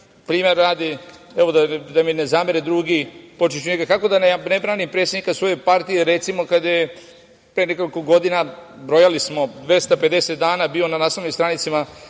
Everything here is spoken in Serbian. primera radi, da mi ne zamere drugi, počeću od njega, kako da ne branim predsednika svoje partije, kada je, recimo, pre nekoliko godina brojali smo 250 dana bio na naslovnim stranicama